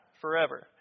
forever